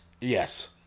yes